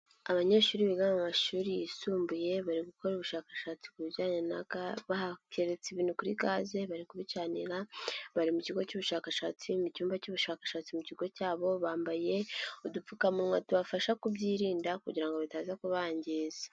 Abanyeshuri biga mu mashuri yisumbuye bari gukora ubushakashatsi ku bijyanye na gaze bateretse ibintu kuri gaze bari kubicanira bari mu kigo cy'ubushakashatsi mu cyumba cy'ubushakashatsi mu kigo cyabo bambaye udupfukamunwa tubafasha kubyirinda kugira ngo bitaza kubangiza.